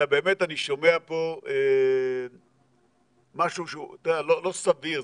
אלא באמת אני שומע פה משהו שהוא לא סביר.